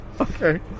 Okay